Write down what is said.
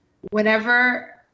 whenever